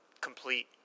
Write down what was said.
complete